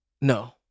No